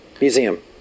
Museum